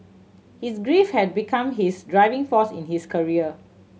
his grief had become his driving force in his career